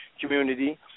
community